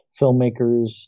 filmmakers